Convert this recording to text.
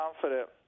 confident